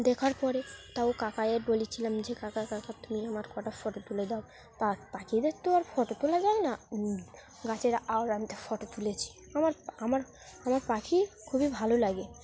দেখার পরে তাও কাকাকে বলেছিলাম যে কাকা কাকা তুমি আমার কটা ফটো তুলে দাও পা পাখিদের তো আর ফটো তোলা যায় না গাছের আওরানিতে ফটো তুলেছি আমার আমার আমার পাখি খুবই ভালো লাগে